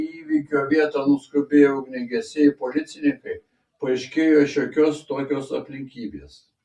kai į įvykio vietą nuskubėjo ugniagesiai ir policininkai paaiškėjo šiokios tokios aplinkybės